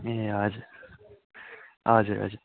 ए हजुर हजुर हजुर